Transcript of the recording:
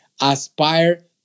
aspire